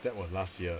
that was last year